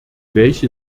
welche